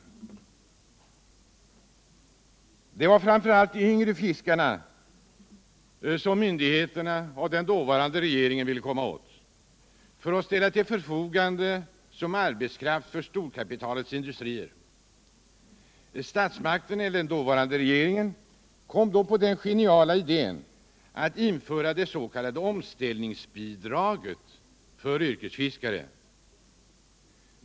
Det var framför allt de yngre fiskarna som myndigheterna och den dåvarande regeringen ville komma åt för att ställa dem till förfogande som arbetskraft för storkapitalets industrier. Statsmakterna — eller den dåvarande regeringen —- kom då på den geniala idén att införa det s.k. omställningsbidraget för yrkesfiskare.